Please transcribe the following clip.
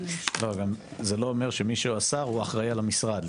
גם זה לא אומר שמי שהשר הוא אחראי על המשרד,